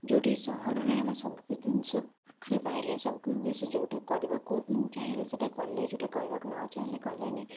ଯୋଉଠି ସହରରେ ଆମେ ସବୁ କିଛି ଜିନିଷ ପାଖରେ ପାଇଲେ ସବୁ କିଛି ଜିନିଷ ଯୋଉଟା କରିବାକୁ ଚାହିଁଲେ ସେଇଟା କଲେ ଯୋଉଟାକୁ କରିବାକୁ ନ ଚାହିଁଲେ କଲେନି